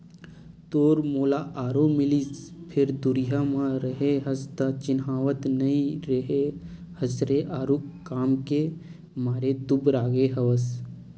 तोर मोला आरो मिलिस फेर दुरिहा म रेहे हस त चिन्हावत नइ रेहे हस रे आरुग काम के मारे दुबरागे हवस